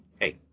hey